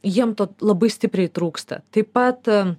jiem to labai stipriai trūksta taip pat